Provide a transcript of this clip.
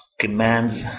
commands